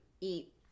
eat